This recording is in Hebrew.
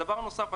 דבר נוסף,